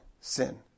sin